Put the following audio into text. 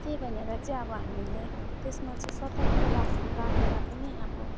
त्यही भनेर चाहिँ अब हामीले त्यसमा चाहिँ सतर्क राख्नु राखेर पनि अब